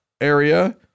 area